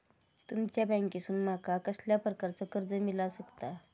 तुमच्या बँकेसून माका कसल्या प्रकारचा कर्ज मिला शकता?